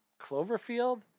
Cloverfield